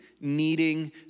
needing